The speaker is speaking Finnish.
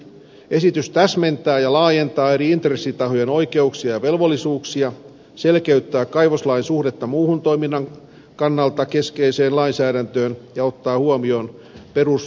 esitys täsmentää ja laajentaa eri intressitahojen oikeuksia ja velvollisuuksia selkeyttää kaivoslain suhdetta muuhun toiminnan kannalta keskeiseen lainsäädäntöön ja ottaa huomioon perusoikeusuudistuksen